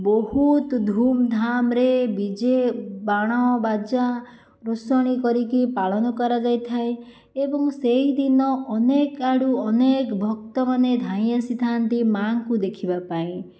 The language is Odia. ବହୁତ ଧୁମ୍ଧାମ୍ ରେ ବିଜେ ବାଣ ବାଜା ରୋଷଣୀ କରିକି ପାଳନ କରାଯାଇଥାଏ ଏବଂ ସେହି ଦିନ ଅନେକ ଆଡ଼ୁ ଅନେକ ଭକ୍ତମାନେ ଧାଇଁ ଆସିଥାନ୍ତି ମାଁଙ୍କୁ ଦେଖିବାପାଇଁ